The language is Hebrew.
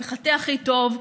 המחטא הכי טוב,